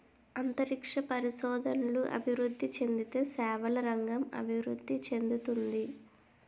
అంతరిక్ష పరిశోధనలు అభివృద్ధి చెందితే సేవల రంగం అభివృద్ధి చెందుతుంది